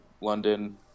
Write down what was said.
London